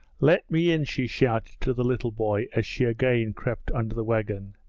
let me in she shouted to the little boy as she again crept under the wagon.